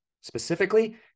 specifically